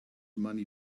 money